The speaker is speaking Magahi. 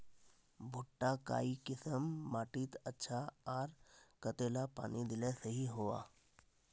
भुट्टा काई किसम माटित अच्छा, आर कतेला पानी दिले सही होवा?